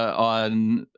on,